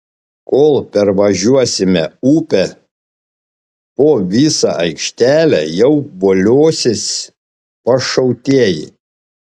kol pervažiuosime upę po visą aikštelę jau voliosis pašautieji